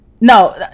no